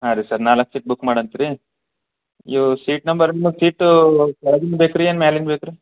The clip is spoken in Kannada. ಹಾಂ ರೀ ಸರ್ ನಾಲ್ಕು ಸೀಟ್ ಬುಕ್ ಮಾಡಂತೀರಿ ಇವು ಸೀಟ್ ನಂಬರ್ ನಿಮಗೆ ಸೀಟು ಕೆಳಗಿಂದು ಬೇಕಾ ರೀ ಮೇಲಿಂದ್ ಬೇಕಾ ರೀ